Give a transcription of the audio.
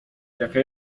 jaka